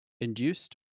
induced